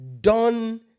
done